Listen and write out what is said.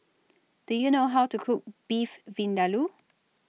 Do YOU know How to Cook Beef Vindaloo